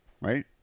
Right